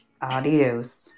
Adios